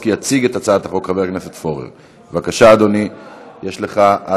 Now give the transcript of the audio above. בבקשה, ההצבעה החלה.